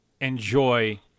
enjoy